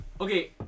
Okay